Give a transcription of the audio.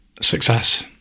success